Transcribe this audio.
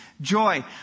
joy